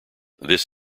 this